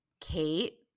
Kate